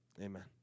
Amen